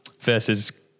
versus